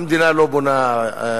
המדינה לא בונה שיכונים,